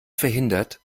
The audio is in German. verhindert